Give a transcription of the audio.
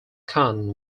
khan